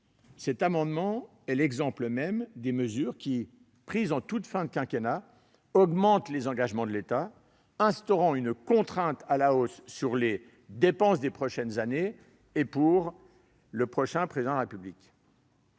Cet amendement est l'exemple même des mesures qui, prises en toute fin du quinquennat, augmentent les engagements de l'État et instaurent une contrainte à la hausse sur les dépenses des prochaines années et pour le prochain président de la République.